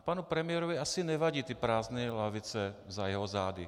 Panu premiérovi asi nevadí prázdné lavice za jeho zády.